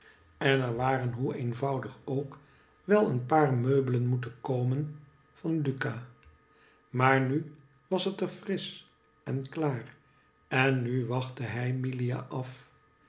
en er waren hoe eenvoudig ook wel een paar meubelen moeten komen van lucca maar nu was het er frisch en klaar en nu wachtte hij milia af